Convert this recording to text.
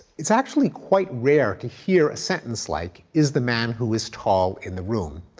it's actually quite rare to hear a sentence like, is the man who is tall in the room?